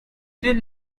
will